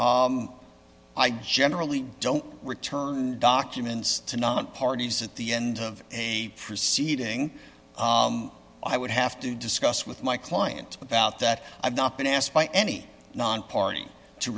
so i generally don't return documents to not parties at the end of a proceeding i would have to discuss with my client about that i've not been asked by any non party to